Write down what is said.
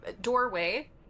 doorway